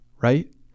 right